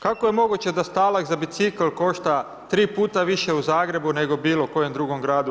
Kako je moguće da stalak za bicikl košta tri puta više u Zagrebu, nego bilo kojem drugom gradu u